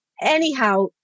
Anyhow